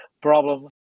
problem